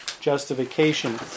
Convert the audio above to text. justification